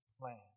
plan